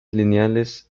lineales